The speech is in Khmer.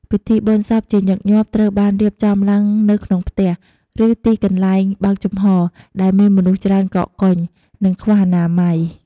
ពិធីបុណ្យសពជាញឹកញាប់ត្រូវបានរៀបចំឡើងនៅក្នុងផ្ទះ ឬទីកន្លែងបើកចំហរ ដែលមានមនុស្សច្រើនកកកុញ និងខ្វះអនាម័យ។